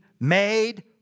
made